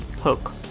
hook